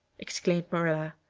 exclaimed marilla.